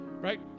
Right